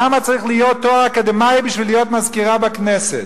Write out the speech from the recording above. למה צריך להיות תואר אקדמי בשביל להיות מזכירה בכנסת?